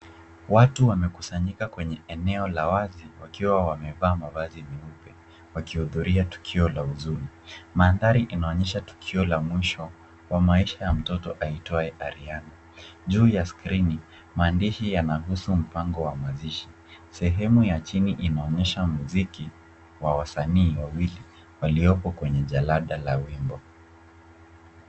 Watu wamekusanyika kwenye eneo la wazi wakiwa wamevaa mavazi meupe wakihudhuria tukio la huzuni. Mandhari inaonyesha tukio la mwisho wa maisha ya mtoto aitwaye ariana. Juu ya skrini maandishi yanahusu mpango wa mazishi. Sehemu ya chini imeonyesha muziki wa wasanii wawili walioko kwenye jalada la wimbo.